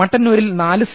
മട്ടന്നൂരിൽ നാല് സി